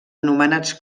anomenats